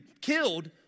killed